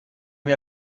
wir